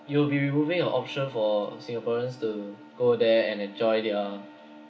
you will be removing your option for singaporeans to go there and enjoy their